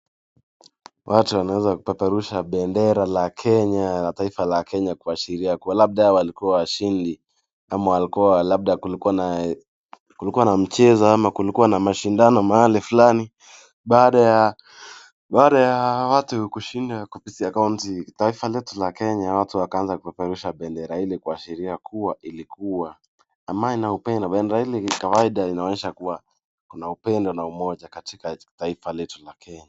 Watu wanaweza kupeperusha bendera la Kenya, taifa la kenya kuashiria labda walikuwa walikuwa washindi ama kulikuwa na mchezo ama kulikuwa mashindano mahali fulani baada ya watu kushinda katika kouti, taifa letu la Kenya watu wakaanza kupeperusha bendera ili kuashiria ilikuwa amani na upendo. Bendera hili kawaida huonyesha kuna amani na upendo katika taifa letu la Kenya.